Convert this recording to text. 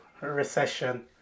recession